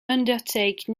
undertake